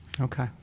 okay